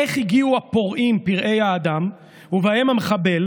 איך הגיעו הפורעים, פראי האדם, ובהם המחבל